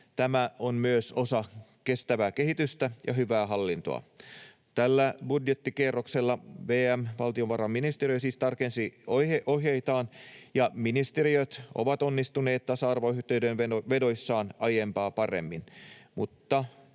Tämä on myös osa kestävää kehitystä ja hyvää hallintoa. Tällä budjettikierroksella VM tarkensi ohjeitaan, ja ministeriöt ovat onnistuneet tasa-arvoyhteenvedoissaan aiempaa paremmin.